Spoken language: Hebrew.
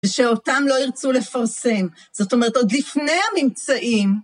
‫ושאותם לא ירצו לפרסם. ‫זאת אומרת, עוד לפני הממצאים...